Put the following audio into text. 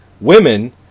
women